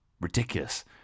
Ridiculous